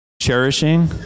cherishing